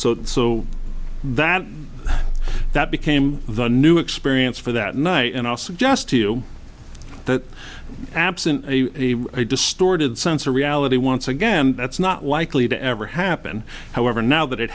that so that that became the new experience for that night and i'll suggest to you that absent a distorted sense of reality once again that's not likely to ever happen however now that it